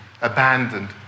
abandoned